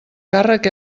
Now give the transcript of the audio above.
càrrec